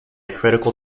critical